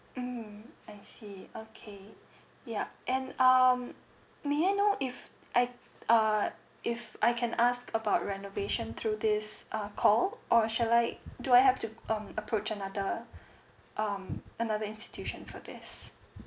mm I see okay yup and um may I know if I uh if I can ask about renovation through this uh call or shall I do I have to um approach another um another institution for this